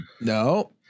No